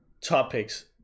topics